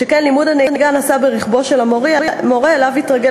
שכן לימוד הנהיגה נעשה ברכבו של המורה שאליו התרגל